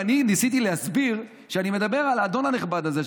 אני ניסיתי להסביר שאני מדבר על האדון הנכבד הזה,